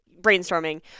brainstorming